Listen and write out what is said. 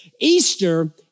Easter